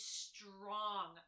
strong